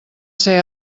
ser